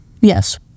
Yes